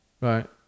Right